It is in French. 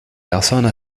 personne